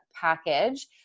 package